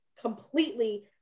completely